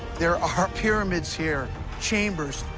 there are pyramids here chambers,